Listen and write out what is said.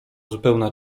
zupełna